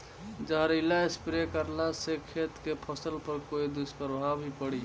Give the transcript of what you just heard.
जहरीला स्प्रे करला से खेत के फसल पर कोई दुष्प्रभाव भी पड़ी?